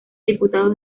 diputados